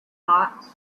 thought